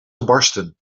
gebarsten